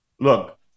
look